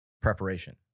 preparation